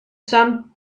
sun